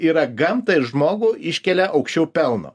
yra gamtą ir žmogų iškelia aukščiau pelno